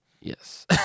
yes